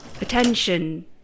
Attention